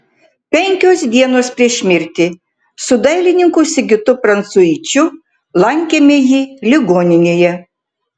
penkios dienos prieš mirtį su dailininku sigitu prancuičiu lankėme jį ligoninėje